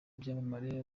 byamamare